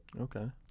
Okay